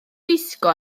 wisgo